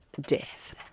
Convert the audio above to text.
death